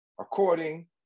according